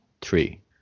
three